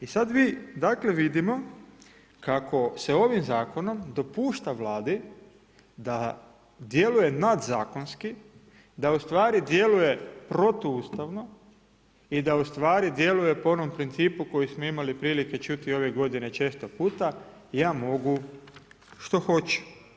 I sad mi dakle vidimo kako se ovim zakonom dopušta Vladi da djeluje nadzakonski, da u stvari djeluje protuustavno i da u stvari djeluje po onom principu koji smo imali prilike čuti ove godine često puta ja mogu što hoću.